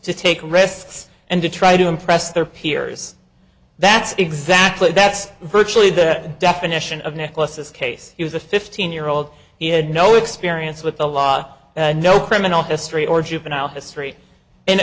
to take risks and to try to impress their peers that's exactly that's virtually that definition of nicholas's case he was a fifteen year old he had no experience with the law no criminal history or juvenile history and